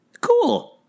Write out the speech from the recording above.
cool